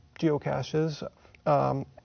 geocaches